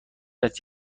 است